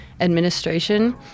administration